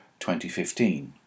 2015